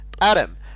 Adam